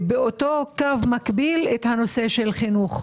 באותו קו מקביל - הנושא של חינוך.